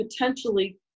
potentially